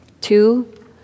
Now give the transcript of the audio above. Two